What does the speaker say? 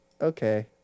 Okay